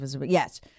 Yes